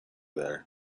there